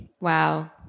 Wow